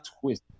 twist